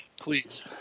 Please